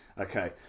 okay